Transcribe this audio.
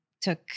took